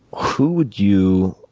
who would you